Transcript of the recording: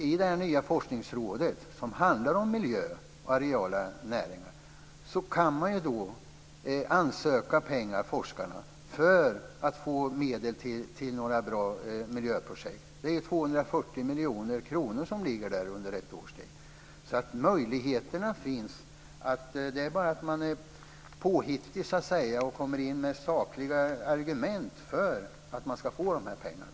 I det nya forskningsrådet - där handlar det om miljö och areala näringar - kan forskarna ansöka om pengar för att få medel till bra miljöprojekt. 240 miljoner kronor finns ju där under ett år, så möjligheterna finns. Det gäller bara att vara påhittig och att komma in med sakliga argument för att man ska få de här pengarna.